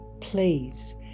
Please